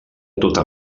tota